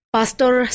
Pastor